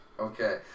Okay